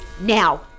Now